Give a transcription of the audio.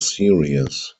series